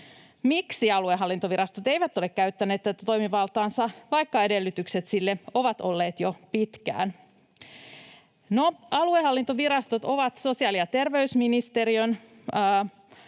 Miksi aluehallintovirastot eivät ole käyttäneet tätä toimivaltaansa, vaikka edellytykset sille ovat olleet jo pitkään? No, aluehallintovirastot ovat sosiaali‑ ja terveysministeriön